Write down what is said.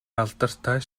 алдартай